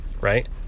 right